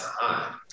time